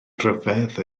ryfedd